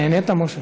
נהנית, משה?